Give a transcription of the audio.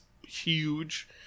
huge